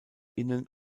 innen